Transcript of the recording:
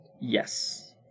Yes